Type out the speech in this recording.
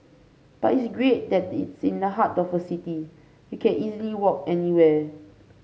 but it's great that it's in the heart of the city you can easily walk anywhere